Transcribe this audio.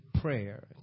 prayer